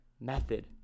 method